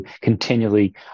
continually